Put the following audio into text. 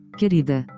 querida